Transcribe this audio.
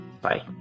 Bye